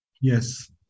Yes